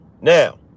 now